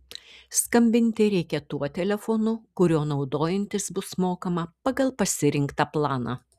skambinti reikia tuo telefonu kuriuo naudojantis bus mokama pagal pasirinktą planą